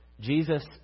Jesus